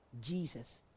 Jesus